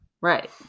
Right